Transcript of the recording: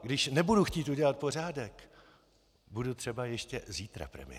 Když nebudu chtít udělat pořádek, budu třeba ještě zítra premiérem.